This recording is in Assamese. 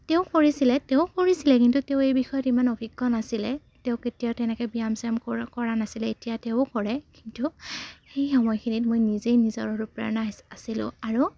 তেওঁ কৰিছিলে তেওঁ কৰিছিলে কিন্তু তেওঁ এই বিষয়ত ইমান অভিজ্ঞ নাছিলে তেওঁ কেতিয়াও তেনেকৈ ব্যায়াম চায়াম কৰা নাছিলে এতিয়া তেওঁ কৰে কিন্তু সেই সময়খিনিত মই নিজেই নিজৰ অনুপ্ৰেৰণা আছিলোঁ আৰু